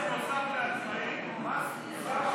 מס נוסף לעצמאים, מס אוסאמה-אוחנה.